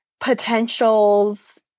potentials